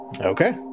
Okay